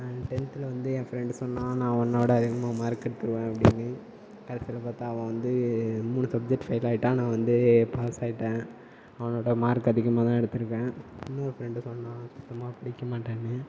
டென்த்தில் வந்து என் ஃப்ரெண்ட் சொன்னான் நான் உன்னோட அதிகமாக மார்க் எடுத்துடுவேன் அப்படின்னு கடைசியில் பார்த்தா அவன் வந்து மூணு சப்ஜெக்ட் ஃபெயில் ஆகிட்டான் நான் வந்து பாஸ் ஆகிட்டேன் அவனோடய மார்க் அதிகமாகதான் எடுத்திருக்கேன் இன்னொரு ஃப்ரெண்டு சொன்னான் நான் சுத்தமாக படிக்க மாட்டேன்னு